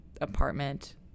apartment